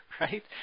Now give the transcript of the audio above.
right